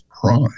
pride